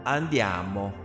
Andiamo